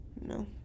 No